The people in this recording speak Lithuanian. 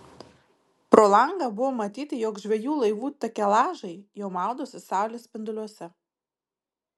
pro langą buvo matyti jog žvejų laivų takelažai jau maudosi saulės spinduliuose